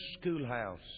schoolhouse